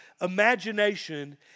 imagination